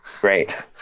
great